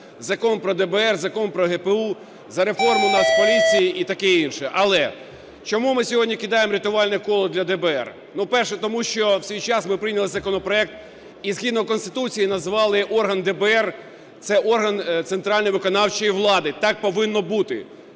Закон про ДБР, Закон про ГПУ, за реформу Нацполіції і таке інше. Але чому ми сьогодні кидаємо рятувальне коло для ДБР? Перше, тому що в свій час ми прийняли законопроект і, згідно Конституції, назвали орган ДБР – це орган центральної виконавчої влади, так повинно бути.